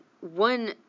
one